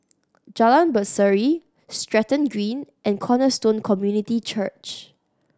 Jalan Berseri Stratton Green and Cornerstone Community Church